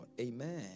Amen